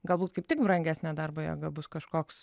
galbūt kaip tik brangesnė darbo jėga bus kažkoks